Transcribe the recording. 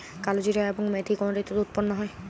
কালোজিরা এবং মেথি কোন ঋতুতে উৎপন্ন হয়?